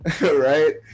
right